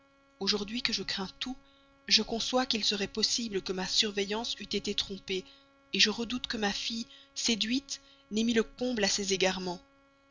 aujourd'hui que je crains tout je conçois qu'il serait possible que ma surveillance eût été trompée je redoute que ma fille séduite n'ait mis le comble à ses égarements